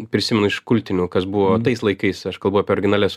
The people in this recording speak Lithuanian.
prisiminu iš kultinių kas buvo tais laikais aš kalbu apie originalias